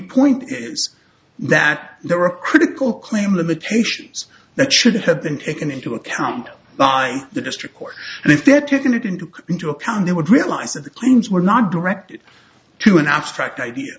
point is that there are critical claim limitations that should have been taken into account by the district court and if they had taken it into into account they would realize that the claims were not directed to an abstract idea